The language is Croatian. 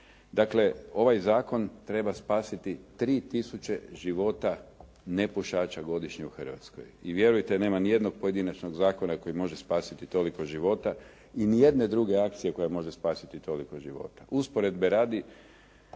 Dakle, ovaj zakon treba spasiti 3000 života nepušača godišnje u Hrvatskoj i vjerujte nema ni jednog pojedinačnog zakona koji može spasiti toliko života i ni jedne druge akcije koja može spasiti toliko života.